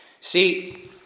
See